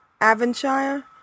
Avonshire